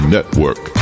Network